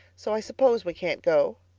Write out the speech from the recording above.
so i suppose we can't go.